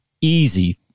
easy